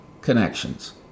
connections